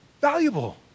valuable